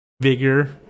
Vigor